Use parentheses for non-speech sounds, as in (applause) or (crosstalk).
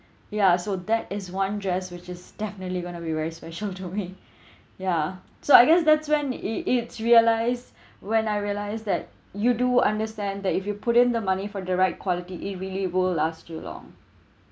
(breath) ya so that is one dress which is definitely going to be very special to me (breath) yeah so I guess that's when it it's realise (breath) when I realise that you do understand that if you put in the money for the right quality it really will last you long